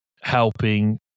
helping